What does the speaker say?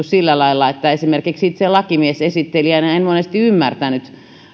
sillä lailla suomeksi kirjoitettuja esimerkiksi itse lakimiesesittelijänä en monesti ymmärtänyt